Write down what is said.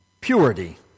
Purity